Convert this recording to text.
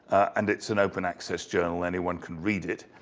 and it's an open access journal, anyone can read it.